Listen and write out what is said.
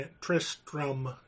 tristram